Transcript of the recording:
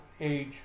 age